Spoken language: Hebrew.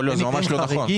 זה ממש לא נכון.